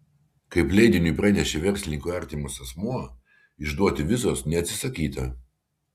kaip leidiniui pranešė verslininkui artimas asmuo išduoti vizos neatsisakyta